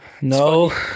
No